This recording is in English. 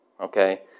Okay